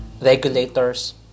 regulators